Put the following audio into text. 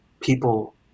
people